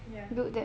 yeah